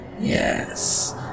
Yes